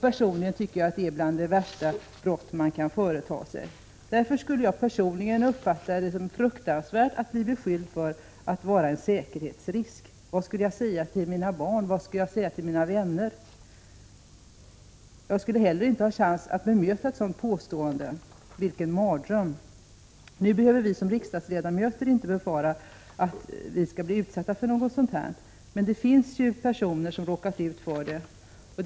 Personligen tycker jag att det är ett av de värsta brott man kan företa sig. Därför skulle jag uppfatta det som fruktansvärt att bli beskylld för att vara en säkerhetsrisk. Vad skulle jag säga till mina barn? Vad skulle jag säga till mina vänner? Jag skulle inte heller ha en chans att bemöta ett sådant påstående — vilken mardröm. Nu behöver vi som riksdagsledamöter inte befara att vi skall bli utsatta för något sådant. Men det finns personer som har råkat ut för detta.